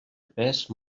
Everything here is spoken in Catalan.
pes